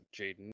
Jaden